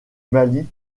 mali